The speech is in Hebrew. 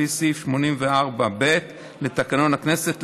לפי סעיף 84ב לתקנון הכנסת,